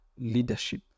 leadership